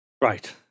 Right